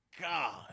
God